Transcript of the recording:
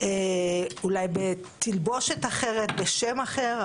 אולי בתלבושת אחרת או שם אחר?